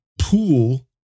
pool